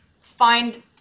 find